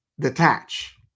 Detach